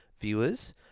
viewers